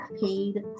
paid